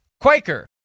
Quaker